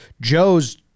Joe's